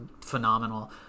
phenomenal